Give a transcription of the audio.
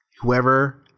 Whoever